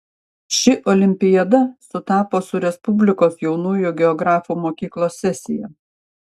ši olimpiada sutapo su respublikos jaunųjų geografų mokyklos sesija